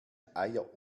eier